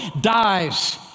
dies